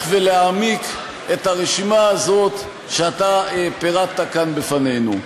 ולהעמיק את הרשימה הזאת שאתה פירטת כאן בפנינו.